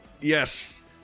yes